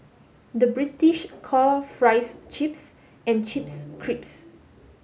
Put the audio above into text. the British call fries chips and chips crisps